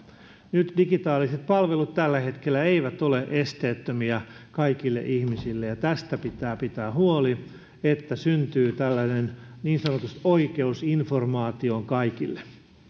nyt digitaaliset palvelut tällä hetkellä eivät ole esteettömiä kaikille ihmisille tästä pitää pitää huoli että syntyy tällainen niin sanotusti oikeus informaatioon kaikille